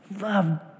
love